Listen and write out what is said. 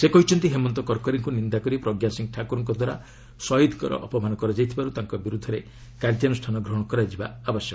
ସେ କହିଛନ୍ତି ହେମନ୍ତ କର୍କରେଙ୍କୁ ନିନ୍ଦା କରି ପ୍ରଜ୍ଞାସିଂହ ଠାକୁରଙ୍କ ଦ୍ୱାରା ଶହୀଦ୍ଙ୍କର ଅପମାନ କରାଯାଇଥିବାରୁ ତାଙ୍କ ବିରୁଦ୍ଧରେ କାର୍ଯ୍ୟାନୁଷ୍ଠାନ ଗ୍ରହଣ କରାଯିବା ଉଚିତ୍